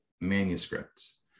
manuscripts